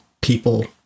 people